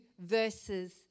verses